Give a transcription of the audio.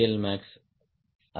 எல்மேக்ஸ் அதிகமாக பெறுவேன்